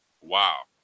Wow